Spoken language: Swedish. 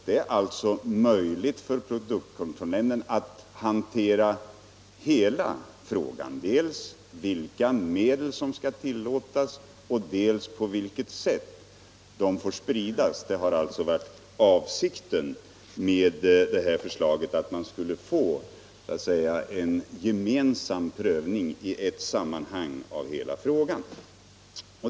Det är alltså möjligt för produktkontrollnämnden att hantera — Spridning av hela frågan, dvs. besluta om dels vilka medel som skall tillåtas, dels bekämpningsmedel på vilket sätt de får spridas. Avsikten med förslaget har varit att få en — från luften gemensam prövning av hela frågan i ett sammanhang.